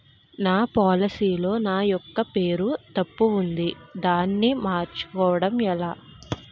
నా పోలసీ లో నా యెక్క పేరు తప్పు ఉంది దానిని మార్చు కోవటం ఎలా?